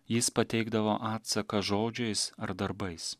jis pateikdavo atsaką žodžiais ar darbais